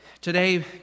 Today